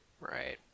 Right